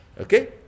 okay